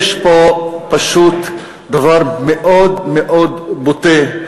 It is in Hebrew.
יש פה פשוט דבר מאוד מאוד בוטה,